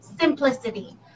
simplicity